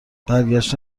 برگشته